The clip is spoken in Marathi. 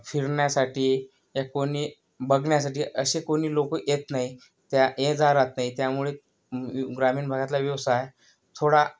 फिरण्यासाठी या कोणी बघण्यासाठी असे कोणी लोक येत नाही त्या ये जा राहात नाही त्यामुळे ग्रामीण भागातला व्यवसाय थोडा